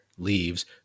Leaves